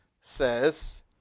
says